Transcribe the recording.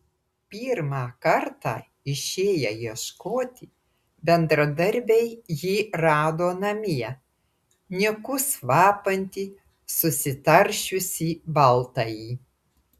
pirmą kartą išėję ieškoti bendradarbiai jį rado namie niekus vapantį susitaršiusį baltąjį